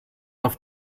auf